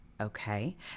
okay